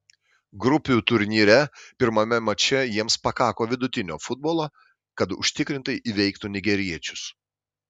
grupių turnyre pirmame mače jiems pakako vidutinio futbolo kad užtikrintai įveiktų nigeriečius